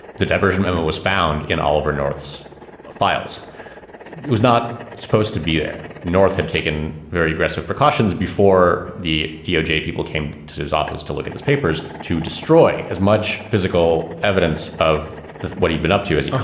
the diversion memo was found in oliver north's ah files it was not supposed to be there. north had taken very aggressive precautions before the doj people came to to his office to look at his papers to destroy as much physical evidence of what he'd been up to as he could.